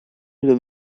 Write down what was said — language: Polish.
ile